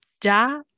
da